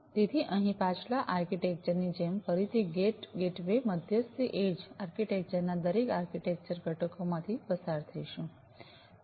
તેથી અહીં પાછલા આર્કિટેક્ચર ની જેમ ફરીથી ગેટ ગેટવે મધ્યસ્થી એડ્જ આર્કિટેક્ચર ના આ દરેક આર્કિટેક્ચર ઘટકોમાંથી પસાર થઈશું